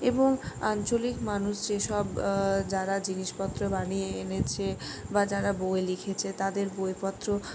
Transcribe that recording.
এবং আঞ্চলিক মানুষ যেসব যারা জিনিস পত্র বানিয়ে এনেছে বা যারা বই লিখেছে তাদের বইপত্র